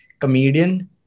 comedian